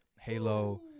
Halo